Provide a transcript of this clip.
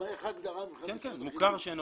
ממה שאני מבין,